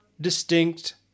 distinct